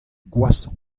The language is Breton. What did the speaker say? gwashañ